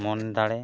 ᱢᱚᱱ ᱫᱟᱲᱮ